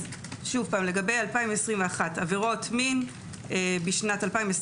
שוב פעם, לגבי 2021. עבירות מין בשנת 2021